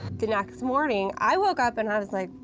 the next morning, i woke up and i was like,